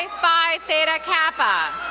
phi theta kappa.